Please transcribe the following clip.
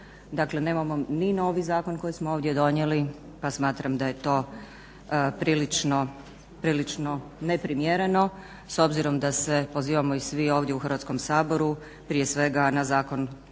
Dakle nemamo ni novi zakon koji smo ovdje donijeli, pa smatram da je to prilično neprimjereno s obzirom da se pozivamo i svi ovdje u Hrvatskom saboru prije svega na Zakon prava